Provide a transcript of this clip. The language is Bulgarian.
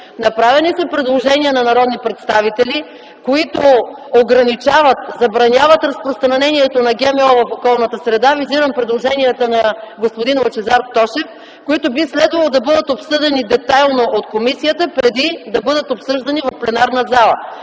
Направени са предложения на народни представители, които ограничават, забраняват разпространението на ГМО в околната среда. Визирам предложенията на господин Лъчезар Тошев, които би следвало да бъдат обсъдени детайлно от комисията преди да бъдат обсъждани в пленарната зала.